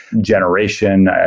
generation